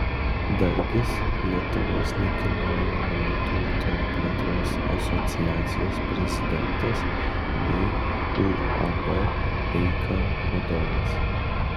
dargis lietuvos nekilnojamojo turto plėtros asociacijos prezidentas bei uab eika vadovas